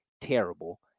terrible